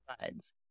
Buds